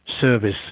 service